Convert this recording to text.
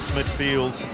midfield